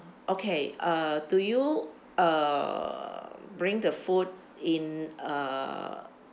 okay uh do you uh bring the food in uh